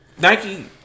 Nike